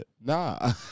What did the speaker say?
nah